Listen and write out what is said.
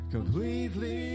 Completely